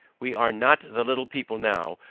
we are not the little people now,